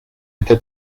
este